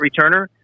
returner